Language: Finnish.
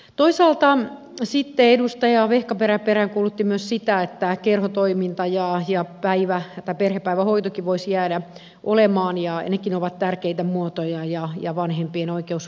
toisaalta sitten edustaja vehkaperä peräänkuulutti myös sitä että kerhotoiminta ja perhepäivähoitokin voisivat jäädä olemaan ja nekin ovat tärkeitä muotoja ja olisi vanhempien oikeus valita